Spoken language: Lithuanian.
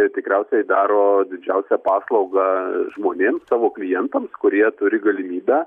tikriausiai daro didžiausią paslaugą žmonėm savo klientams kurie turi galimybę